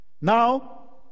Now